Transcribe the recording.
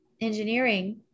engineering